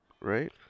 Right